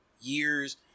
years